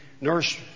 nurse